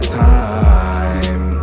time